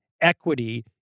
equity